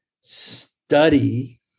Study